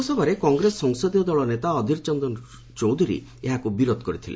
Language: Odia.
ଲୋକସଭାରେ କଂଗ୍ରେସ ସଂସଦୀୟ ଦଳ ନେତା ଅଧିର ରଞ୍ଜନ ଚୌଧୁରୀ ଏହାକୁ ବିରୋଧ କରିଥିଲେ